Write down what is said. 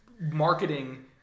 marketing